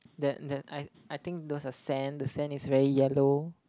that that I I think those are sand the sand is very yellow